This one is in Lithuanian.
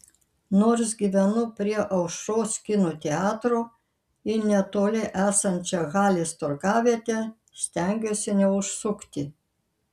nors gyvenu prie aušros kino teatro į netoli esančią halės turgavietę stengiuosi neužsukti